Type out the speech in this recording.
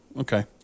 Okay